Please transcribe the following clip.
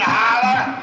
holler